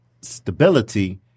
stability